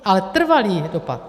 Ale trvalý dopad.